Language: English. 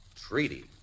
Treaty